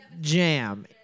jam